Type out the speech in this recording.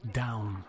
down